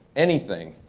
anything.